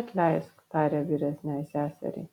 atleisk tarė vyresnei seseriai